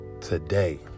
today